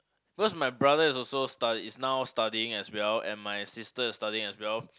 because my brother is also study is now studying as well and my sister is studying as well